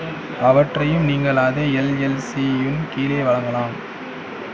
அவற்றையும் நீங்கள் அதே எல்எல்சியின் கீழே வழங்கலாம்